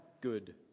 good